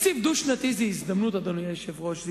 תקציב דו-שנתי זו הזדמנות, אדוני היושב-ראש.